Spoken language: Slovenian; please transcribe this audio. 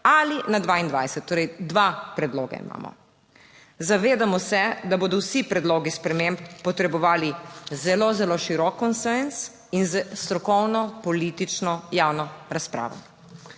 ali na 22, torej dva predloga imamo. Zavedamo se, da bodo vsi predlogi sprememb potrebovali zelo, zelo širok konsenz in strokovno politično javno razpravo.